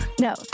No